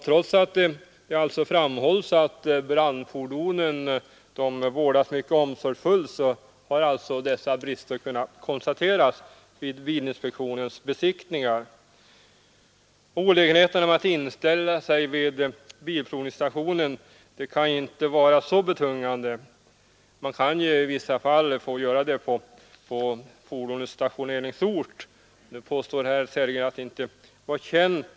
Trots att det framhålls att brandfordonen vårdas mycket omsorgsfullt har alltså dessa brister kunnat konstateras vid Svensk bilprovnings besiktningar. Olägenheten av att inställa sig vid bilprovningsstationen kan inte vara så betungande. Man kan ju i vissa fall få göra besiktningen på fordonets stationeringsort. Nu påstår herr Sellgren att denna möjlighet inte skulle vara känd.